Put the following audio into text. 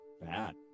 bad